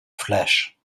flesh